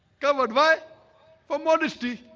covered why for modesty?